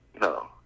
No